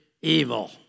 evil